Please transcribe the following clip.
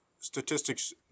statistics